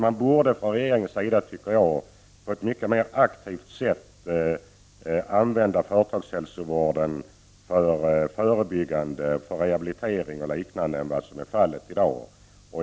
Man borde från regeringens sida på ett mera aktivt sätt använda företagshälsovården för förebyggande vård och rehabilitering än vad som är fallet i dag.